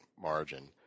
margin